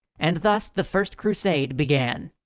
and thus, the first crusade began.